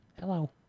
Hello